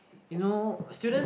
you know students